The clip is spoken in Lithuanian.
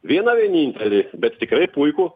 vieną vienintelį bet tikrai puikų